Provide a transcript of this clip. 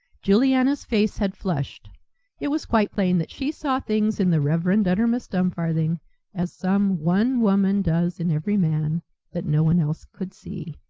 juliana's face had flushed it was quite plain that she saw things in the reverend uttermust dumfarthing as some one woman does in every man that no one else could see.